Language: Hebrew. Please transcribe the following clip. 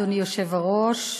אדוני היושב-ראש,